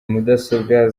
mudasobwa